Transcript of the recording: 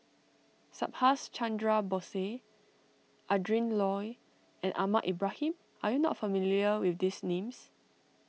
Subhas Chandra Bose Adrin Loi and Ahmad Ibrahim are you not familiar with these names